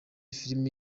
filime